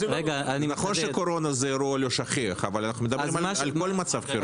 נכון שקורונה זה אירוע לא שכיח אבל אנחנו מדברים על כל מצב חירום.